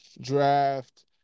draft